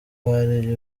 bari